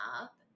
up